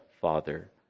Father